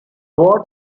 ward